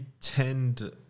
tend